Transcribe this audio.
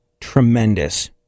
tremendous